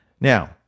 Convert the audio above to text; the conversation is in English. Now